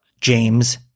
James